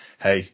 hey